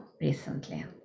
recently